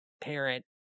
parent